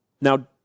Now